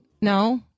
No